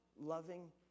loving